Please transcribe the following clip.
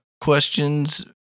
questions